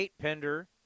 Pender